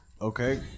Okay